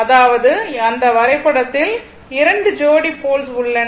அதாவது அந்த வரைபடத்தில் 2 ஜோடி போல்ஸ் உள்ளன